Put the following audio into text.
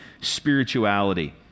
Spirituality